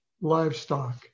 livestock